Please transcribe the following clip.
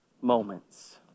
moments